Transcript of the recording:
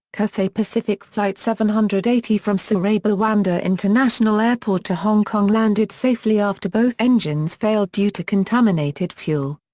cathay pacific flight seven hundred and eighty from surabaya juanda international airport to hong kong landed safely after both engines failed due to contaminated fuel.